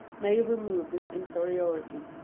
may remove this inferiority.